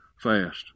fast